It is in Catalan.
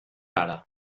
ara